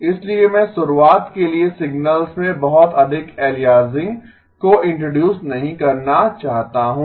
इसीलिए मैं शुरुआत के लिए सिग्नल्स में बहुत अधिक एलियासिंग को इंट्रोडूस नहीं करना चाहता हूँ